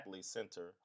center